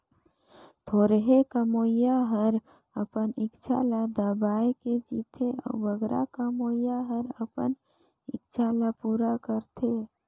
थोरहें कमोइया हर अपन इक्छा ल दबाए के जीथे अउ बगरा कमोइया हर अपन इक्छा ल पूरा करथे